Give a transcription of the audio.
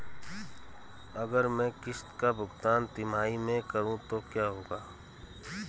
अगर मैं किश्त का भुगतान तिमाही में करूं तो क्या होगा?